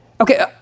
okay